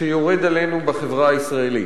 שיורד עלינו בחברה הישראלית.